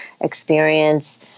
experience